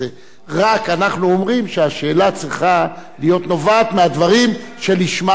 רק אנחנו אומרים שהשאלה צריכה להיות נובעת מהדברים שלשמם הוא הוזמן.